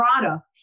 product